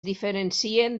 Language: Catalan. diferencien